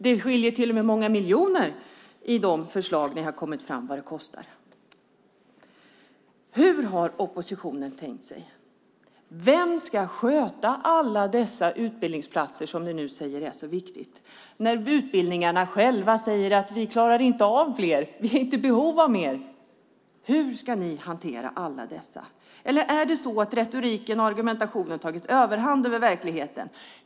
Det skiljer till och med många miljoner mellan de förslag som ni har kommit fram till. Hur har oppositionen tänkt sig detta? Vem ska sköta alla dessa utbildningsplatser som ni nu säger är så viktiga? Inom de olika utbildningarna säger man själv att man inte klarar av och inte har behov av fler platser. Hur ska ni hantera alla dessa platser? Har retoriken och argumentationen tagit överhanden över verkligheten?